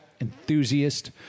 enthusiast